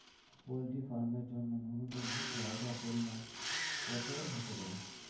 Poultry farm এর জন্য নূন্যতম জায়গার পরিমাপ কত হতে পারে?